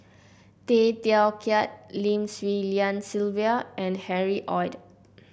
Tay Teow Kiat Lim Swee Lian Sylvia and Harry Ord